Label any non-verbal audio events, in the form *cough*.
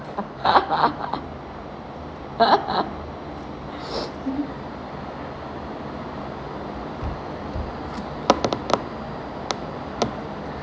*laughs* *noise*